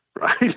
right